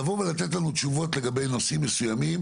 לבוא ולתת לנו תשובות לגבי נושאים מסוימים